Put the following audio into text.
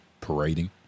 parading